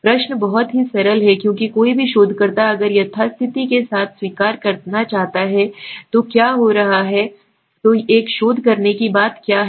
प्रश्न बहुत ही सरल है क्योंकि कोई भी शोधकर्ता अगर यथास्थिति के साथ स्वीकार करना चाहता है तो क्या क्या हो रहा है तो एक शोध करने की बात क्या है